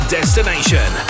Destination